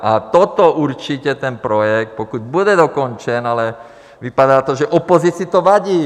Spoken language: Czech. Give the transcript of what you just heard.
A toto určitě ten projekt, pokud bude dokončen... ale vypadá to, že opozici to vadí.